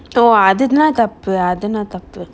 oh அதுனா தப்பு அதுனா தப்பு:athuna thappu athuna thappu